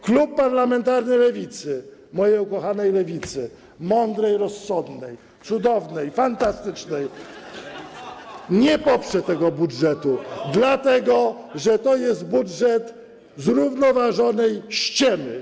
Klub parlamentarny Lewicy, mojej ukochanej Lewicy, mądrej, rozsądnej, cudownej, fantastycznej, nie poprze tego budżetu, dlatego że to jest budżet zrównoważonej ściemy.